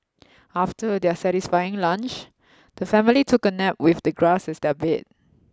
after their satisfying lunch the family took a nap with the grass as their bed